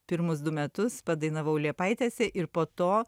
pirmus du metus padainavau liepaitėse ir po to